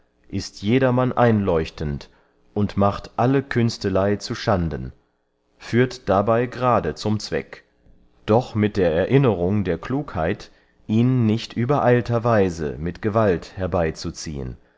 ist jedermann einleuchtend und macht alle künsteley zu schanden führt dabey gerade zum zweck doch mit der erinnerung der klugheit ihn nicht übereilterweise mit gewalt herbey